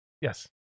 yes